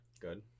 good